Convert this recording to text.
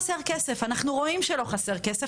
אנחנו רואים שלא חסר כסף,